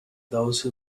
those